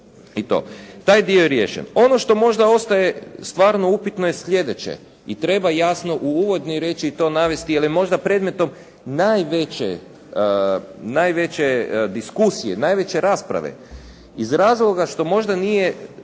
i to. Taj dio je riješen. Ono što možda ostaje stvarno upitno je sljedeće i treba jasno u uvodu reći i to navesti jer je možda predmetom najveće, najveće diskusije, najveće rasprave iz razloga što možda nije